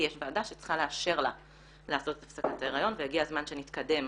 ועדה שצריכה לאשר לה לעשות הפסקת היריון והגיע הזמן שנתקדם